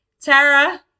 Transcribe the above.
Tara